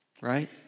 right